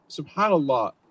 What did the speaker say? SubhanAllah